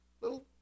little